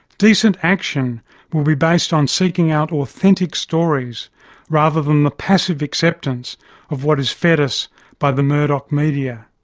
decent action will be based on seeking out authentic stories rather than the passive acceptance of what is fed us by the murdoch media.